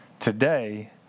Today